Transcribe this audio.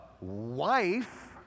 wife